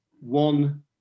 one